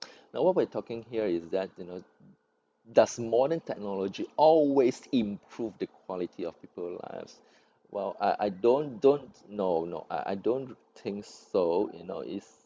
now what we're talking here is that you know does modern technology always improve the quality of people lives well I I don't don't no no I I don't think so you know it's